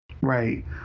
Right